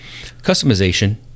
Customization